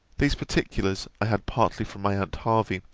these particulars i had partly from my aunt hervey,